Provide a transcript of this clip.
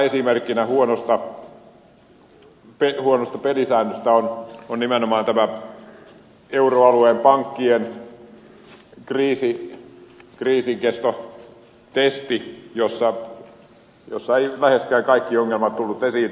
yhtenä hyvänä esimerkkinä huonosta pelisäännöstä on nimenomaan tämä euroalueen pankkien kriisinkestotesti jossa eivät läheskään kaikki ongelmat tulleet esiin